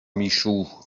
michou